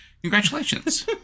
Congratulations